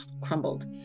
crumbled